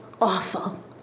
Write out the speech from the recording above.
awful